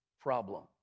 problem